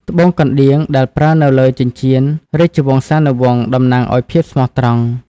ត្បូងកណ្ដៀងដែលប្រើនៅលើចិញ្ចៀនរាជវង្សានុវង្សតំណាងឱ្យភាពស្មោះត្រង់។